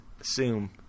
assume